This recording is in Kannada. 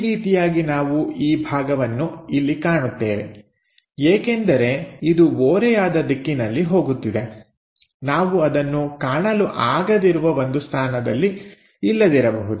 ಈ ರೀತಿಯಾಗಿ ನಾವು ಈ ಭಾಗವನ್ನು ಇಲ್ಲಿ ಕಾಣುತ್ತೇವೆ ಏಕೆಂದರೆ ಇದು ಓರೆಯಾದ ದಿಕ್ಕಿನಲ್ಲಿ ಹೋಗುತ್ತಿದೆ ನಾವು ಅದನ್ನು ಕಾಣಲು ಆಗದಿರುವ ಒಂದು ಸ್ಥಾನದಲ್ಲಿ ಇಲ್ಲದಿರಬಹುದು